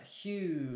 huge